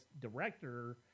Director